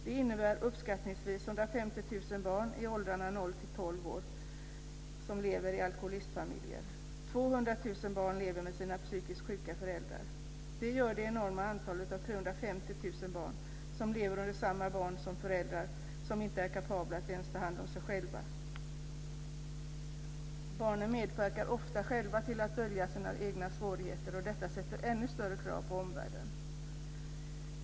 Det innebär att uppskattningsvis 150 000 barn i åldrarna 0-12 år lever i alkoholistfamiljer. Det ger det enorma antalet 350 000 barn som lever under samma tak som föräldrar som inte ens är kapabla att ta hand om sig själva. Barnen medverkar ofta själva till att dölja sina svårigheter. Detta ställer ännu större krav på omvärlden.